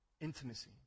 intimacy